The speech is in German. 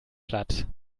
platt